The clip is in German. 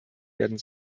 werden